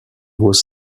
was